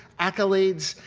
accolades,